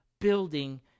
building